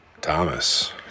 thomas